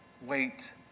Wait